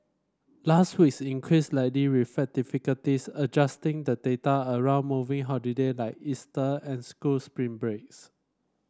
last week's increase likely reflected difficulties adjusting the data around moving holiday like Easter and school spring breaks